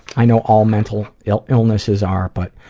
i know all mental illnesses are, but,